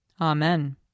Amen